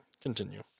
Continue